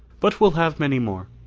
but we'll have many more,